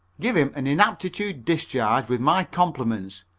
give him an inaptitude discharge with my compliments,